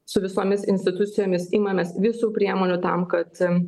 su visomis institucijomis imamės visų priemonių tam kad